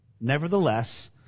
Nevertheless